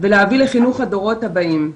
ולהביא לחינוך הדורות הבאים.